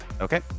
Okay